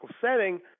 setting